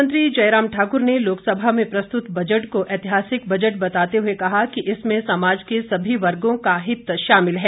मुख्यमंत्री जयराम ठाकुर ने लोकसभा में प्रस्तुत बजट को ऐतिहासिक बजट बताते हुए कहा कि इसमें समाज के सभी वर्गो का हित शामिल है